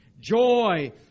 Joy